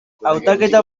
hautaketa